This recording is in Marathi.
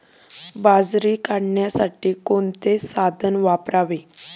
बाजरी काढण्यासाठी कोणते साधन वापरावे?